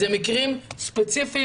אלה מקרים ספציפיים.